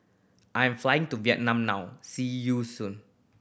I am flying to Vietnam now see you soon